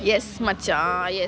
yes much ah yes